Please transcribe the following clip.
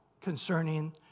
concerning